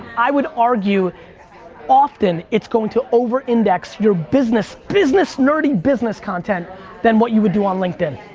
i would argue often, it's going to over index your business business nerdy business content than what you would do on linkedin.